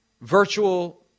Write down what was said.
Virtual